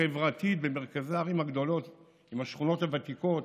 חברתית במרכזי הערים הגדולות עם השכונות הוותיקות,